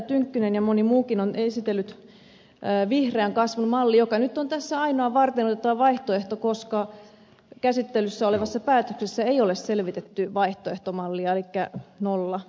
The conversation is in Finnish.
tynkkynen ja moni muukin on esitellyt vihreän kasvun mallia joka nyt on tässä ainoa varteenotettava vaihtoehto koska käsittelyssä olevassa päätöksessä ei ole selvitetty vaihtoehtomallia elikkä nolla mallia